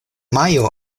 majo